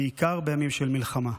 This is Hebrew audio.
בעיקר בימים של מלחמה.